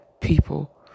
people